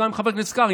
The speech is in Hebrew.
וגם עם חבר הכנסת קרעי,